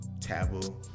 taboo